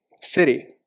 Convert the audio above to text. city